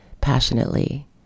passionately